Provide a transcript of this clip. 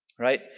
Right